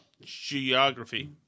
geography